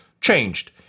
changed